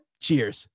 cheers